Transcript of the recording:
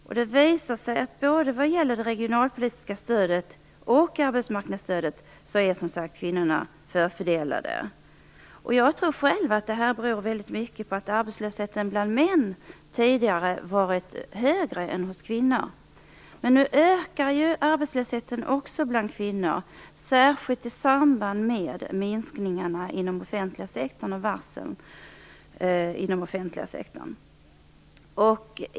Det har visat sig att när det gäller både det regionalpolitiska stödet och arbetsmarknadsstödet är, som sagt, kvinnorna förfördelade. Jag tror att detta beror väldigt mycket på att arbetslösheten bland män tidigare varit högre än hos kvinnorna. Men nu ökar arbetslösheten också bland kvinnor, särskilt i samband med minskningarna i den offentliga sektorn och varslen där.